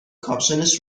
کاپشنش